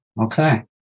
Okay